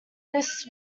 this